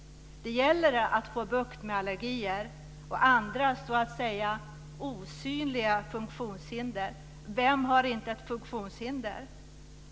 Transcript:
Det gäller att få bukt med allergier och andra s.k. osynliga funktionshinder. Vem har inte ett funktionshinder?